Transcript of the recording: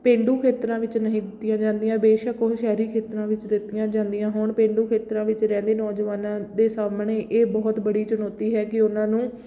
ਪੇਂਡੂ ਖੇਤਰਾਂ ਵਿੱਚ ਨਹੀਂ ਦਿੱਤੀਆਂ ਜਾਂਦੀਆਂ ਬੇਸ਼ੱਕ ਉਹ ਸ਼ਹਿਰੀ ਖੇਤਰਾਂ ਵਿੱਚ ਦਿੱਤੀਆਂ ਜਾਂਦੀਆਂ ਹੋਣ ਪੇਂਡੂ ਖੇਤਰਾਂ ਵਿੱਚ ਰਹਿੰਦੇ ਨੌਜਵਾਨਾਂ ਦੇ ਸਾਹਮਣੇ ਇਹ ਬਹੁਤ ਬੜੀ ਚੁਣੌਤੀ ਹੈ ਕਿ ਉਹਨਾਂ ਨੂੰ